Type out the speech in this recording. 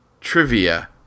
trivia